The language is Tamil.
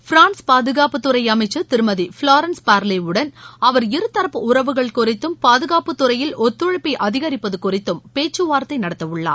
ஃபிரான்ஸ் பாதுகாப்புத்துறை அமைச்சர் திருமதி ஃபிலாரன்ஸ் பார்லேவுடன் அவர் இருதரப்பு உறவுகள் குறித்தும் பாதுகாப்புத் துறையில் ஒத்துழைப்பை அதிகரிப்பது குறித்தும் பேச்சுவார்த்தை நடத்தவுள்ளார்